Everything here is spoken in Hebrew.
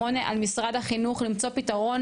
על משרד החינוך למצוא פתרון